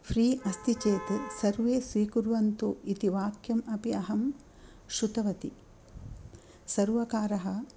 free अस्ति चेत् सर्वे स्वीकुर्वन्तु इति वाक्यमपि अहं श्रुतवती सर्वकारः